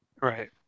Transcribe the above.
Right